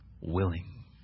willing